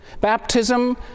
Baptism